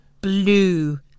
blue